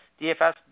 DFS